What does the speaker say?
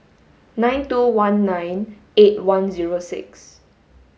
nine two one nine eight one zero six